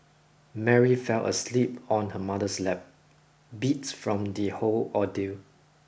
Mary fell asleep on her mother's lap beats from the whole ordeal